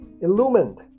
illumined